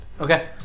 Okay